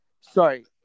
sorry